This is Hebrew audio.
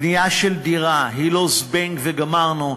בנייה של דירה היא לא "זבנג וגמרנו",